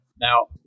Now